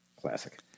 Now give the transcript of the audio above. Classic